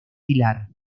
pilar